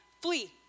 flee